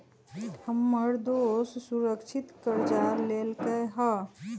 हमर दोस सुरक्षित करजा लेलकै ह